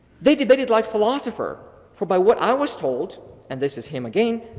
they debated like philosopher for by what i was told and this is him again,